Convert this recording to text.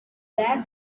bad